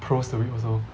pros to it also